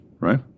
right